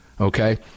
Okay